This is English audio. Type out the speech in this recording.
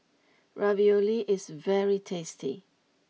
Ravioli is very tasty